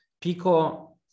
pico